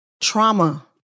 trauma